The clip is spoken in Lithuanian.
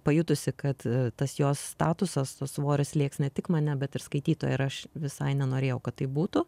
pajutusi kad tas jos statusas tas svoris slėgs ne tik mane bet ir skaitytoją ir aš visai nenorėjau kad taip būtų